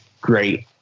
great